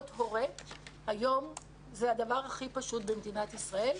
להיות הורה היום זה הדבר הכי פשוט במדינת ישראל.